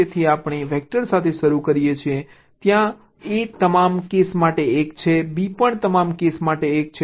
તેથી આપણે વેક્ટર સાથે શરૂ કરીએ છીએ જ્યાં a તમામ કેસ માટે 1 છે b પણ તમામ કેસ માટે 1 છે